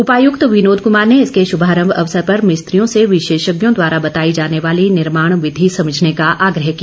उपायुक्त विनोद कुमार ने इसके शुमारंभ अवसर पर मिस्त्रियों से विशेषज्ञो द्वारा बताई जाने वाली निर्माण विधि समझने का आग्रह किया